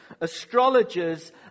astrologers